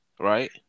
Right